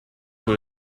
cui